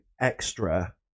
extra